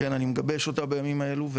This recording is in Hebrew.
אני מגבש אותה בימים האלה,